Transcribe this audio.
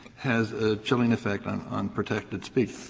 has a chilling effect on on protected speech.